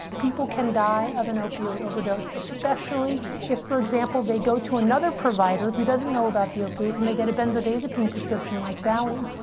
people can die of an opioid overdose. especially if, for example, they go to another provider who doesn't know about the opioids, and they get a benzodiazepine prescription, like valium.